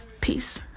peace